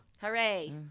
Hooray